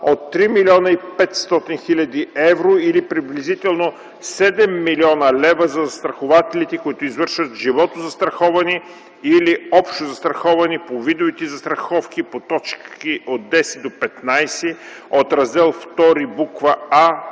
от 3 млн. 500 хил. евро или приблизително 7 млн. лв. за застрахователите, които извършват животозастраховане или общо застраховане по видовете застраховки по т. 10-15 от Раздел ІІ, буква „А”